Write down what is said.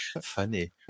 funny